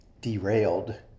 derailed